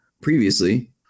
previously